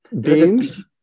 Beans